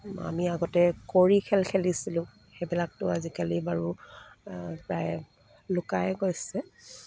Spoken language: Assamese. আমি আগতে কৰি খেল খেলিছিলোঁ সেইবিলাকতো আজিকালি বাৰু প্ৰায় লুকাই গৈছে